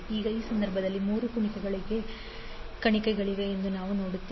ಈಗ ಈ ಸಂದರ್ಭದಲ್ಲಿ ಮೂರು ಕುಣಿಕೆಗಳಿವೆ ಎಂದು ನಾವು ನೋಡುತ್ತೇವೆ